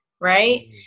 right